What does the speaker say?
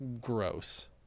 gross